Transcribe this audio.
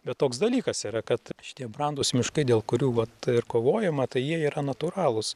bet toks dalykas yra kad šitie brandūs miškai dėl kurių vat ir kovojama tai jie yra natūralūs